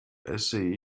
esse